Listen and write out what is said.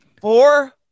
Four